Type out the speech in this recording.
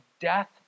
death